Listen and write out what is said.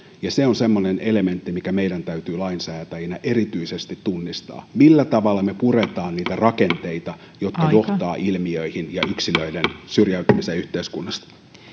ja se on semmoinen elementti mikä meidän täytyy lainsäätäjinä erityisesti tunnistaa millä tavalla me puramme niitä rakenteita jotka johtavat ilmiöihin ja yksilöiden syrjäytymiseen yhteiskunnasta